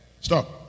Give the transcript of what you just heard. Stop